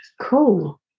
cool